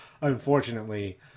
unfortunately